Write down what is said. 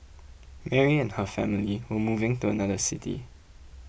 Mary and her family were moving to another city